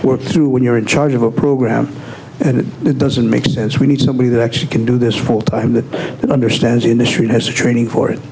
work through when you're in charge of a program and it doesn't make as we need somebody that actually can do this full time that understands the industry has the training for it